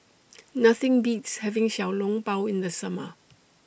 Nothing Beats having Xiao Long Bao in The Summer